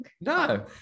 No